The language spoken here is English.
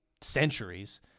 centuries